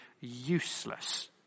useless